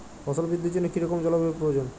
ফসল বৃদ্ধির জন্য কী রকম জলবায়ু প্রয়োজন?